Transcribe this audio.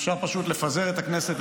אפשר פשוט לפזר את הכנסת,